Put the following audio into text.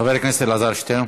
חבר הכנסת אלעזר שטרן,